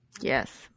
Yes